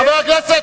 חבר הכנסת.